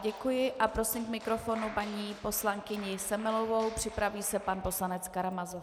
Děkuji a prosím k mikrofonu paní poslankyni Semelovou, připraví se pan poslanec Karamazov.